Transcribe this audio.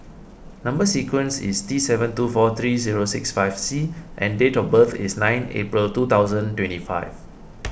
Number Sequence is T seven two four three zero six five C and date of birth is nine April two thousand twenty five